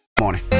Morning